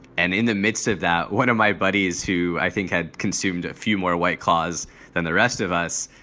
and in the midst of that, one of my buddies who i think had consumed a few more weight claws than the rest of us,